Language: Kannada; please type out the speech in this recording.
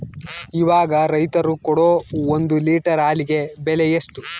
ಇವಾಗ ರೈತರು ಕೊಡೊ ಒಂದು ಲೇಟರ್ ಹಾಲಿಗೆ ಬೆಲೆ ಎಷ್ಟು?